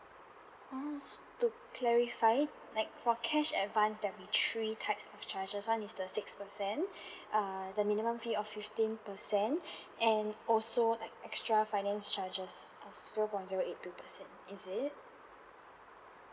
orh to clarify like for cash advance there'll be three types of charges one is the six percent uh the minimum fee of fifteen percent and also like extra finance charges of zero point zero eight two percent is it